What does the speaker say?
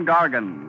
Gargan